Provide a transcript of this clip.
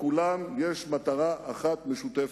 לכולם יש מטרה אחת משותפת: